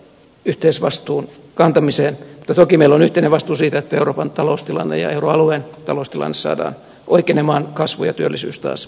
mutta toki meillä on yhteinen vastuu siitä että euroopan taloustilanne ja euroalueen taloustilanne saadaan oikenemaan kasvu ja työllisyys taas liikkeelle